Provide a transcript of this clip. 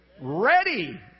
Ready